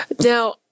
Now